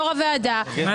יושב ראש הוועדה יודע את זה.